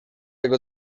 jego